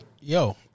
Yo